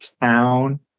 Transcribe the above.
town